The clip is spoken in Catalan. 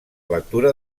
lectura